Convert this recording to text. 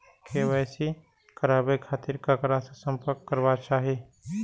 KYC कराबे के खातिर ककरा से संपर्क करबाक चाही?